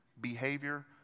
behavior